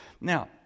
Now